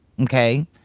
okay